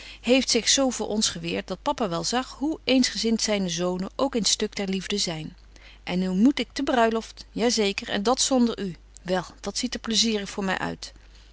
heeft zich zo voor ons geweert dat papa wel zag hoe eensgezint zyne zonen ook in t stuk der liefde zyn en nu moet ik te bruiloft ja zeker en dat zonder u wel dat ziet er plaisierig voor my uit